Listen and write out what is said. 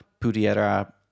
Pudiera